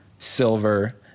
silver